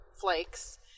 flakes